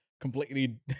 completely